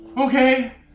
Okay